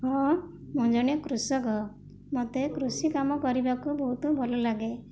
ହଁ ମୁଁ ଜଣେ କୃଷକ ମୋତେ କୃଷି କାମ କରିବାକୁ ବହୁତ ଭଲ ଲାଗେ